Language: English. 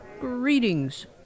Greetings